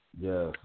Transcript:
Yes